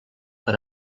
per